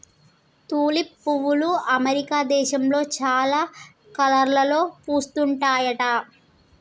tulip పువ్వులు America దేశంలో చాలా కలర్లలో పూస్తుంటాయట